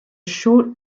short